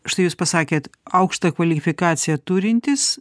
štai jūs pasakėt aukštą kvalifikaciją turintys